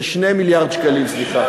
של 2 מיליארד שקלים, סליחה.